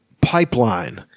pipeline